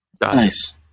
Nice